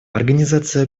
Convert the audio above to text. организация